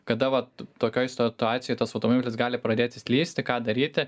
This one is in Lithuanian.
kada vat tokioj situacijoj tas automobilis gali pradėti slysti ką daryti